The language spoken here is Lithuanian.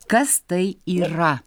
kas tai yra